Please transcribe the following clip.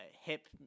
hip